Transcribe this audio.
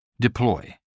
Deploy